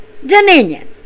Dominion